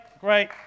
great